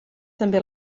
també